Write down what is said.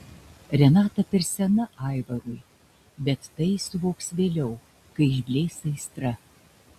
renata per sena aivarui bet tai jis suvoks vėliau kai išblės aistra